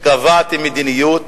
קבעתי מדיניות